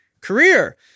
career